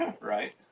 Right